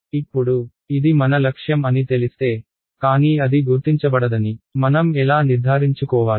ఇప్పుడుఇది మన లక్ష్యం అని తెలిస్తే కానీ అది గుర్తించబడదని మనం ఎలా నిర్ధారించుకోవాలి